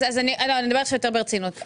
אז אני אדבר עכשיו יותר ברצינות.